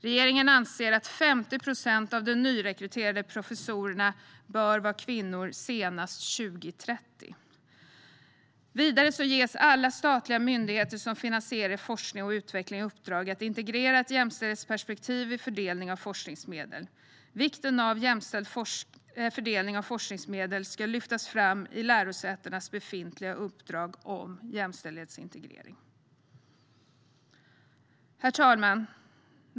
Regeringen anser att 50 procent av de nyrekryterade professorerna bör vara kvinnor senast 2030. Vidare ges alla statliga myndigheter som finansierar forskning och utveckling i uppdrag att integrera ett jämställdhetsperspektiv vid fördelning av forskningsmedel. Vikten av jämställd fördelning av forskningsmedel ska lyftas fram i lärosätenas befintliga uppdrag om jämställdhetsintegrering. Herr talman!